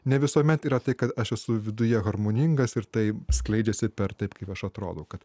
ne visuomet yra tai kad aš esu viduje harmoningas ir tai skleidžiasi per taip kaip aš atrodo kad